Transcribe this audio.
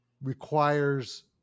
requires